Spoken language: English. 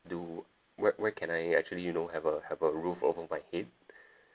do where where can I actually you know have a have a roof over my head